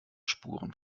spuren